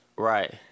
Right